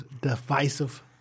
divisive